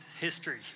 history